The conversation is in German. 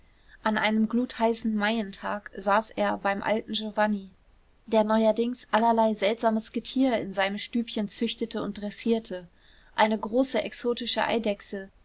an einem glutheißen maientag saß er beim alten giovanni der neuerdings allerlei seltsames getier in seinem stübchen züchtete und dressierte eine große exotische eidechse